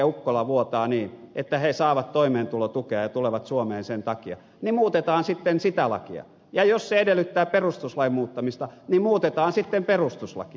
ukkola vuotaa niin että he saavat toimeentulotukea ja tulevat suomeen sen takia niin muutetaan sitten sitä lakia ja jos se edellyttää perustuslain muutosta niin muutetaan sitten perustuslakia